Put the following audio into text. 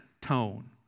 tone